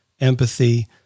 empathy